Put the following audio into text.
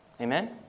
Amen